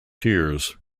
tears